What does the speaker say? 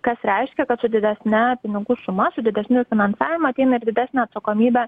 kas reiškia kad su didesne pinigų suma su didesniu finansavimu ateina ir didesnė atsakomybė